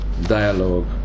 Dialogue